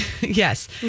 Yes